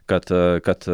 kad kad